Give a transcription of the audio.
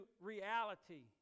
reality